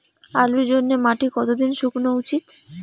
আলুর জন্যে মাটি কতো দিন শুকনো উচিৎ?